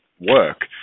work